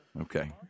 Okay